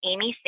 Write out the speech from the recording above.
Amy